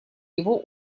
его